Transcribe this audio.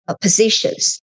positions